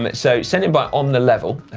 but so sent in by onthelevel,